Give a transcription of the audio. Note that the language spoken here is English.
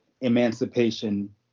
emancipation